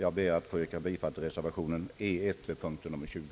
Jag ber att få yrka bifall till reservationerna 1 och 4a vid punkten 20.